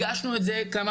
הגשנו את זה פעם